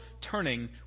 turning